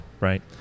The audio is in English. right